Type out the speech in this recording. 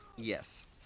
Yes